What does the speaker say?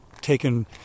taken